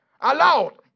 Aloud